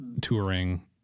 touring